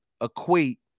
equate